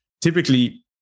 typically